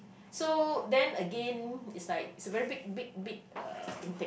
so then again it's like it's a very big big big uh intake